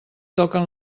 toquen